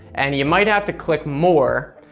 and you might have to click more.